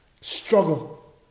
struggle